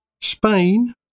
Spain